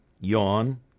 yawn